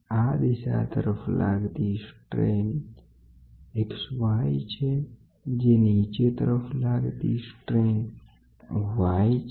આ દિશા તરફ લાગતુું સ્ટ્રેન x y છે જે નીચે તરફ લાગતું સ્ટ્રેન y છે